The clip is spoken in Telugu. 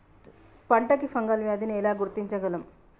పంట కి ఫంగల్ వ్యాధి ని ఎలా గుర్తించగలం?